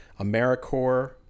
AmeriCorps